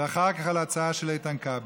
ואחר כך על ההצעה של איתן כבל.